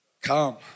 come